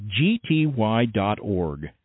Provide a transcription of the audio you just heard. gty.org